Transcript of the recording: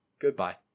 Goodbye